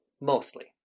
mostly